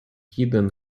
hidden